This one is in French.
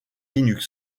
linux